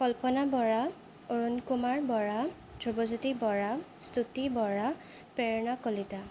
Kalpana Bora Arun Kumar Bora Dhrubajyoti Bora Stuti Bora Prerana Kalita